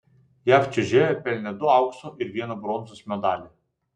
jav čiuožėjai pelnė du aukso ir vieną bronzos medalį